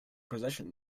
possession